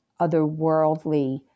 otherworldly